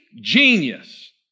genius